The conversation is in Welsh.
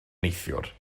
neithiwr